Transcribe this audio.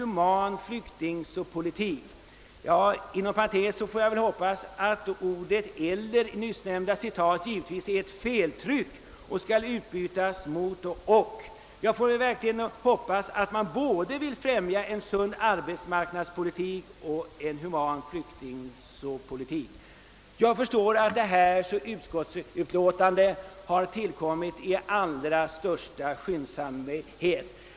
Jag vill inom parentes framhålla att jag hoppas att ordet »eller» i det senare fallet är ett feltryck och skall utbytas mot »och». Det är väl så att man både vill främja en sund arbetsmarknadspolitik och en human flyktingpolitik. Jag förstår att detta utlåtande har tillkommit i allra största skyndsamhet.